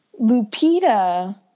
Lupita